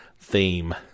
theme